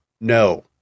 No